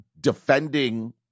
defending